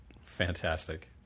fantastic